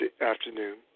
afternoon